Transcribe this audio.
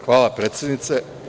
Hvala predsednice.